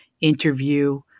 Interview